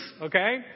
okay